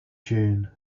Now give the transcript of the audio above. dune